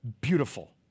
beautiful